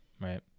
right